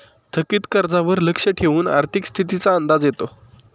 थकीत कर्जावर लक्ष ठेवून आर्थिक स्थितीचा अंदाज येतो